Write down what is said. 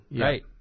right